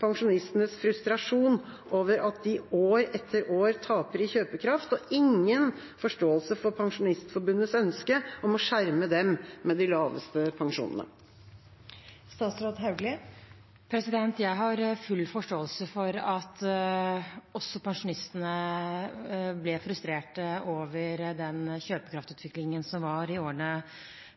pensjonistenes frustrasjon over at de år etter år taper kjøpekraft, og ingen forståelse for Pensjonistforbundets ønske om å skjerme dem med de laveste pensjonene? Jeg har full forståelse for at også pensjonistene ble frustrert over den kjøpekraftsutviklingen som var i årene